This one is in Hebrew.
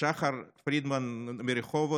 שחר פרידמן מרחובות